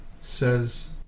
says